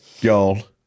y'all